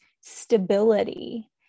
stability